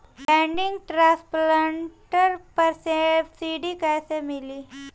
Paddy transplanter पर subsidy कैसे मिली?